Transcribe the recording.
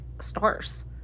stars